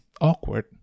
awkward